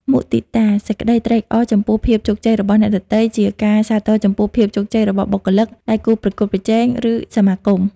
មុទិតា សេចក្ដីត្រេកអរចំពោះភាពជោគជ័យរបស់អ្នកដទៃ ជាការសាទរចំពោះភាពជោគជ័យរបស់បុគ្គលិក ដៃគូប្រកួតប្រជែង ឬសហគមន៍។